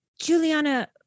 Juliana